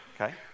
Okay